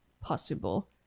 possible